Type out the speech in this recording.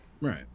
right